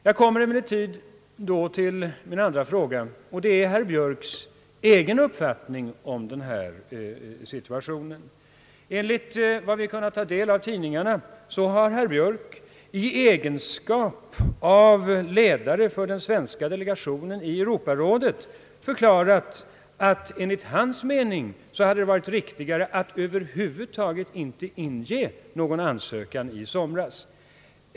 Jag övergår så till den andra frågan, herr Björks egen uppfattning i den här situationen. Enligt vad vi kunnat ta del av i tidningarna har herr Björk i egenskap av ledare för den svenska delegationen i Europarådet förklarat, att det enligt hans mening hade varit riktigare att över huvud taget inte inge någon ansökan i somras.